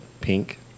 pink